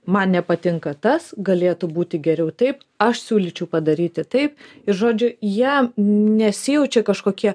man nepatinka tas galėtų būti geriau taip aš siūlyčiau padaryti taip ir žodžiu jie nesijaučia kažkokie